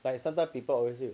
but sometimes depend also